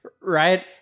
right